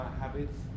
habits